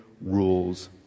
rules